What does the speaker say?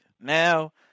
now